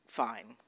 fine